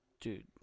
dude